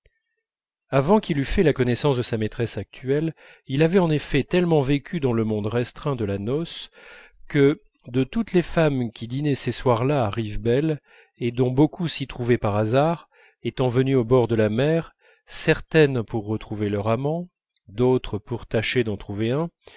avant qu'il eût fait la connaissance de sa maîtresse actuelle il avait en effet tellement vécu dans le monde restreint de la noce que de toutes les femmes qui dînaient ces soirs là à rivebelle et dont beaucoup s'y trouvaient par hasard étant venues au bord de la mer certaines pour retrouver leur amant d'autres pour tâcher d'en trouver un